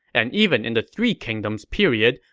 and even in the three kingdoms period,